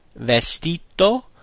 Vestito